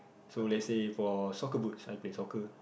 so let's says for soccer boots I play soccer